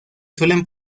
suelen